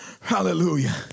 Hallelujah